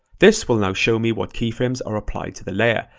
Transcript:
this will now show me what keyframes are applied to the layer,